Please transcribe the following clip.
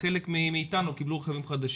חלק מאיתנו קיבלו רכבים חדשים.